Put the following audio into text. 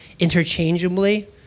interchangeably